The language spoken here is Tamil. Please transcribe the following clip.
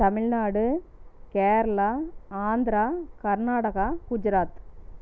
தமிழ்நாடு கேரளா ஆந்திரா கர்நாடகா குஜராத்